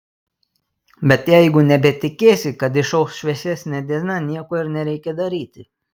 bet jeigu nebetikėsi kad išauš šviesesnė diena nieko ir nereikia daryti